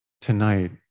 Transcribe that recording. tonight